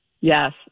Yes